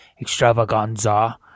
extravaganza